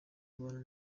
abantu